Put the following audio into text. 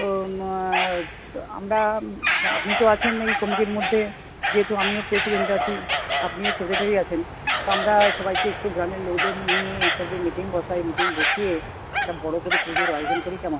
তো তো আমরা আপনি তো আছেন এই কমিটির মধ্যে যেহেতু আমিও প্রেসিডেন্ট আছি আপনিও সেক্রেটারি আছেন আমরা সবাইকে একটু গ্রামের লোকদের নিয়ে একটা যদি মিটিং বসাই মিটিং বসিয়ে একটা বড় করে পুজোর আয়োজন করি কেমন হয়